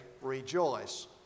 rejoice